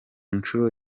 nshuro